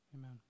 amen